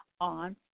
on